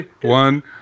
One